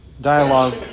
dialogue